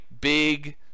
big